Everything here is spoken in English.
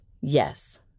yes